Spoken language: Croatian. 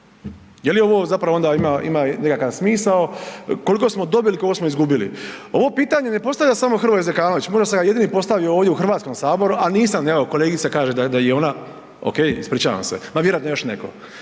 onda ovo zapravo ima nekakav smisao, koliko smo dobili, koliko smo izgubili? Ovo pitanje ne postavlja samo Hrvoje Zekanović, možda sam ja jedini postavio ovdje u HS-u, a nisam kaže kolegica da je i ona, ok, ispričavam se, ma vjerojatno još neko,